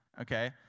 Okay